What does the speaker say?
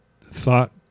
thought